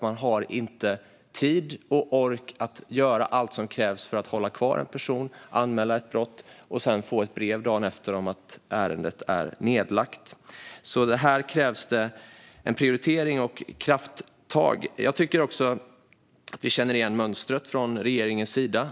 De har inte tid eller ork att göra allt som krävs för att hålla kvar en person, anmäla ett brott och sedan få ett brev dagen efter om att ärendet är nedlagt. Här krävs det en prioritering och krafttag. Vi känner igen mönstret från regeringens sida.